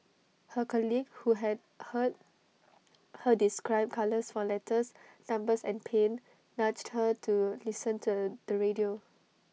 her colleague who had heard her describe colours for letters numbers and pain nudged her to listen to the radio